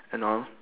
and all